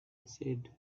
said